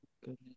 goodness